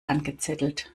angezettelt